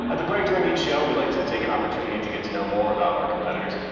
and the break during each show, we like to to take an opportunity to get to know more about our competitors.